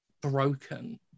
broken